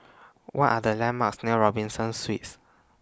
What Are The landmarks near Robinson Suites